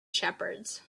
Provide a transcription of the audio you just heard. shepherds